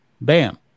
Bam